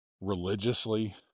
religiously